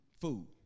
Food